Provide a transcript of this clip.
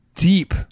Deep